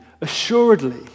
assuredly